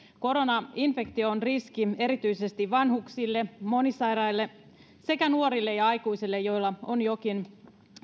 koronainfektio on riski erityisesti vanhuksille monisairaille sekä nuorille ja aikuisille joilla on jokin